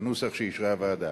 בנוסח שאישרה הוועדה.